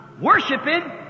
worshiping